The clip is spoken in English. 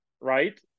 right